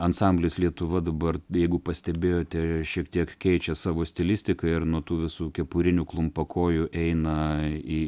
ansamblis lietuva dabar jeigu pastebėjote šiek tiek keičia savo stilistiką ir nuo tų visų kepurinių klumpakojų eina į